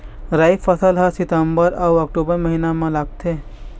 राई फसल हा सितंबर अऊ अक्टूबर महीना मा लगथे